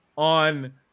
on